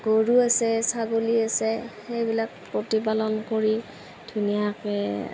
গৰু আছে ছাগলী আছে সেইবিলাক প্ৰতিপালন কৰি ধুনীয়াকৈ